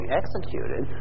executed